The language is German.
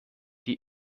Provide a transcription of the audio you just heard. die